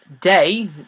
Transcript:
day